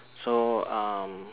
so um